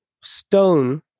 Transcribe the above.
stone